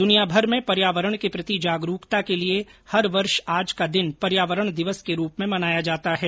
दुनियाभर में पर्यावरण के प्रति जागरूकता के लिए हर वर्ष आज का दिन पर्यावरण दिवस के रूप में मनाया जाता है